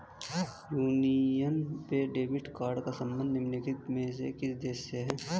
Union पे debit card का संबंध निम्नलिखित में से किस देश से है?